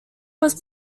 was